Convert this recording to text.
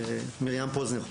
מרים פוזנר.